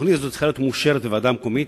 התוכנית הזו צריכה להיות מאושרת בוועדה המקומית,